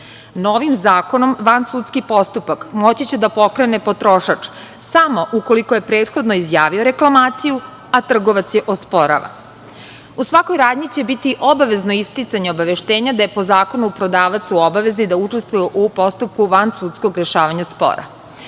dana. Novim zakonom vansudski postupak moći će da pokrene potrošač samo ukoliko je prethodno izjavio reklamaciju, a trgovac je osporava. U svakoj radnji će biti obavezno isticanje obaveštenja da je po zakonu prodavac u obavezi da učestvuje u postupku vansudskog rešavanja spora.